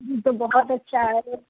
ये तो बहुत अच्छा है